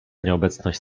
nieobecność